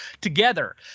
together